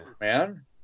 man